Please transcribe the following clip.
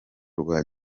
rwa